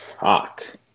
Fuck